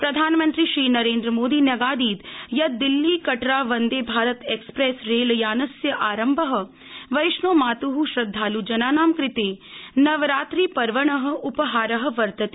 प्रधानमन्त्री श्रीनरेन्द्रमोदी न्यगादीत् यत् दिल्ली कटरा वंदे भारत एक्सप्रैस रेलयानस्य आरम्भ वैष्णो मात् श्रद्धाल्जनानां कृते नवरात्रि पर्वण उपहार वर्तते